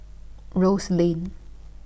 Rose Lane